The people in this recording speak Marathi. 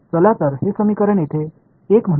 चला तर हे समीकरण येथे 1 म्हणूया